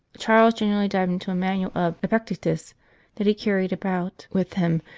charles generally dived into a manual of epictetus that he carried about with him,